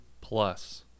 plus